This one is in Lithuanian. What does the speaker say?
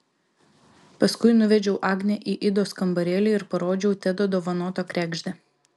paskui nuvedžiau agnę į idos kambarėlį ir parodžiau tedo dovanotą kregždę